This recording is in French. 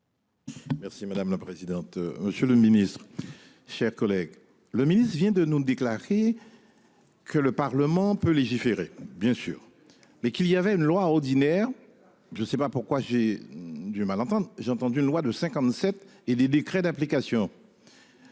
Merci madame la présidente. Monsieur le Ministre, chers collègues. Le ministre vient de nous déclarer. Que le Parlement peut légiférer, bien sûr, mais qu'il y avait une loi ordinaire. Je ne sais pas pourquoi j'ai du mal, enfin j'ai entendu une loi de 57 et les décrets d'application.